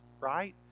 right